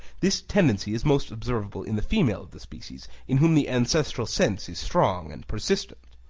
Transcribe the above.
this tendency is most observable in the female of the species, in whom the ancestral sense is strong and persistent.